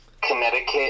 Connecticut